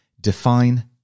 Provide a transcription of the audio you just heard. Define